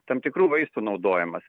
tam tikrų vaistų naudojimas